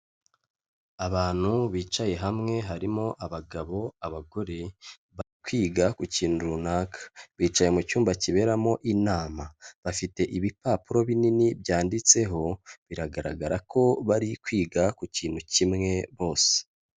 Abantu bicaye hamwe harimo abagabo, abagore, bari kwiga ku kintu runaka, bicaye mu cyumba kiberamo inama bafite ibipapuro binini byanditseho biragaragara ko bari kwiga ku kintu kimwe bose.